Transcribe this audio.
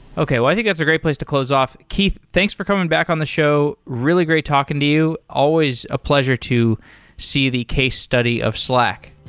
okay. i think that's a great place to close off. keith, thanks for coming back on the show. really great talking to you. always a pleasure to see the case study of slack.